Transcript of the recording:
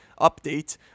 update